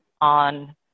on